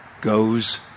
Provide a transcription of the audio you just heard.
goes